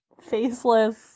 faceless